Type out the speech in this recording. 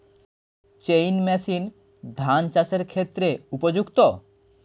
Chain machine ধান চাষের ক্ষেত্রে উপযুক্ত?